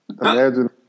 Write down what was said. Imagine